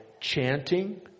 chanting